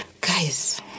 Guys